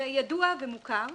זה ידוע ומוכר.